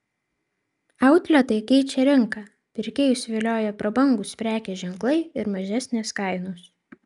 outletai keičia rinką pirkėjus vilioja prabangūs prekės ženklai ir mažesnės kainos